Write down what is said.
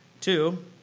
Two